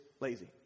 lazy